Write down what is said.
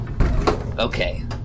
Okay